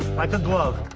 like a glove!